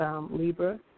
Libra